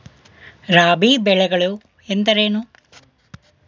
ರಾಬಿ ಬೆಳೆಗಳು ಎಂದರೇನು?